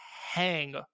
hang